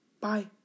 Bye